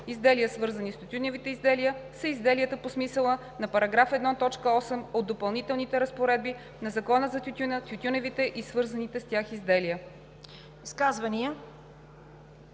„Изделия, свързани с тютюневите изделия“ са изделията по смисъла на § 1, т. 8 от Допълнителните разпоредби на Закона за тютюна, тютюневите и свързаните с тях изделия.“